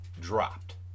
dropped